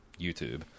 YouTube